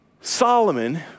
Solomon